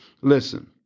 Listen